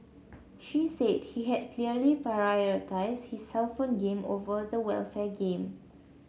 she said he had clearly prioritised his cellphone game over the welfare game